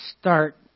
start